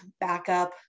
backup